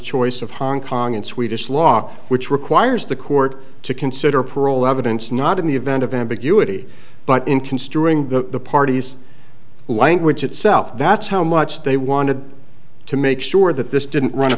choice of hong kong and swedish law which requires the court to consider parole evidence not in the event of ambiguity but in considering the parties language itself that's how much they wanted to make sure that this didn't run a